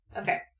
Okay